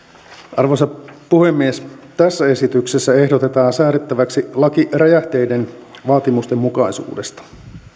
arvoisa puhemies tässä esityksessä ehdotetaan säädettäväksi laki räjähteiden vaatimustenmukaisuudesta